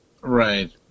Right